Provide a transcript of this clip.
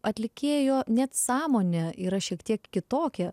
atlikėjo net sąmonė yra šiek tiek kitokia